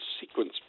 sequence